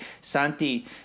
Santi